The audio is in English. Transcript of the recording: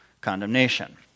condemnation